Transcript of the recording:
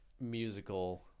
musical